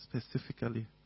specifically